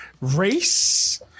race